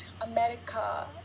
America